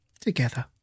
together